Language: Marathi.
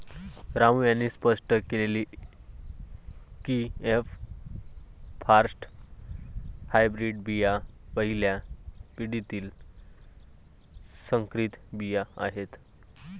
रामू यांनी स्पष्ट केले की एफ फॉरेस्ट हायब्रीड बिया पहिल्या पिढीतील संकरित बिया आहेत